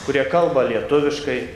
kurie kalba lietuviškai